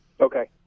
okay